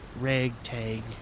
ragtag